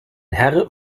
herr